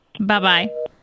Bye-bye